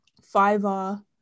Fiverr